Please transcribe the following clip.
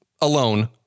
alone